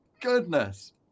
goodness